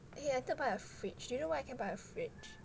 eh I wanted to buy a fridge do you know where I can buy a fridge